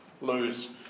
lose